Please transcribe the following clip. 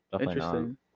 Interesting